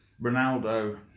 Ronaldo